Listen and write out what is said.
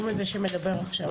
הוא זה שמדבר עכשיו.